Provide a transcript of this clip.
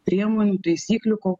priemonių taisyklių ko